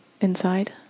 inside